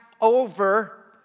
over